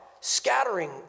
scattering